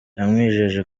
yamwijeje